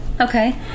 Okay